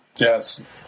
yes